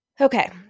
Okay